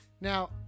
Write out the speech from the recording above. Now